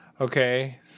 Okay